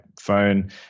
phone